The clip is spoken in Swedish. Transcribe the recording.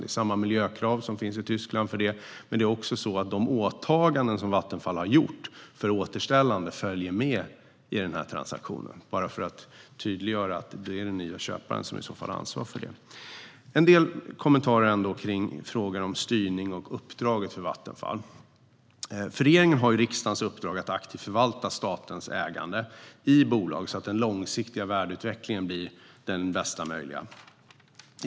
Det är samma miljökrav för detta i Tyskland. De åtaganden som Vattenfall har gjort om återställande följer också med i transaktionen, bara för att tydliggöra att det är den nya köparen som har ansvar för detta. Jag har en del kommentarer kring frågor om Vattenfalls styrning och uppdrag. Regeringen har riksdagens uppdrag att aktivt förvalta statens ägande i bolag så att den långsiktiga värdeutvecklingen blir den bästa möjliga.